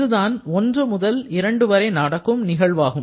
இதுதான் 1 முதல் 2 வரை நடக்கும் நிகழ்வாகும்